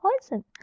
poison